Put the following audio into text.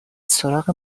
سراغ